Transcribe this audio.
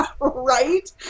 Right